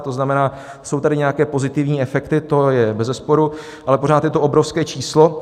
To znamená, jsou tady nějaké pozitivní efekty, to je bezesporu, ale pořád je to obrovské číslo.